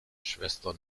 schwester